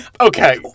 Okay